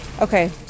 okay